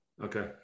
Okay